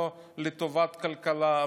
לא לטובת הכלכלה,